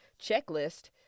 checklist